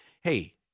hey